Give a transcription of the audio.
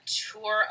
tour